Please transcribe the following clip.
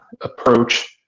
approach